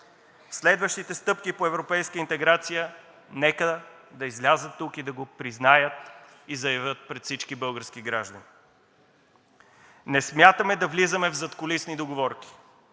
следващите стъпки по европейска интеграция, нека да излязат тук, да го признаят и заявят пред всички български граждани. Не смятаме да влизаме в задкулисни договорки,